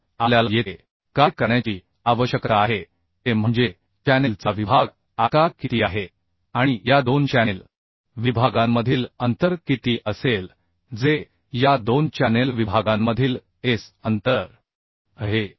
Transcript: तर आपल्याला येथे काय करण्याची आवश्यकता आहे ते म्हणजे चॅनेल चा विभाग आकार किती आहे आणि या दोन चॅनेल विभागांमधील अंतर किती असेल जे या दोन चॅनेल विभागांमधील S अंतर आहे